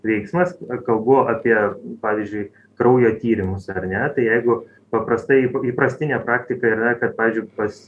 veiksmas kalbu apie pavyzdžiui kraujo tyrimus ar ne tai jeigu paprastai įprastinė praktika yra kad pavyzdžiui pas